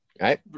right